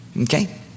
Okay